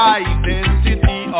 identity